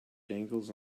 dangles